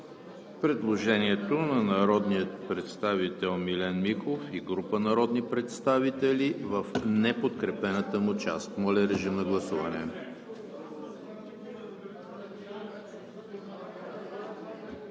предложението на народния представител Милен Михов и група народни представители в неподкрепената му част. Гласували